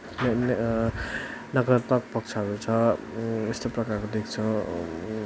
नकारात्मक पक्षहरू छ यस्तो प्रकारको देख्छौँ